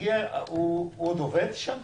הוא עוד עובד שם?